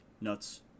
Nuts